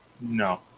No